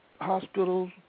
hospitals